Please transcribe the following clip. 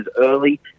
early